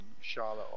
Charlotte